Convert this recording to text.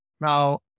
Now